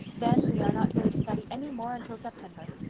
then we are not going to study any more until september.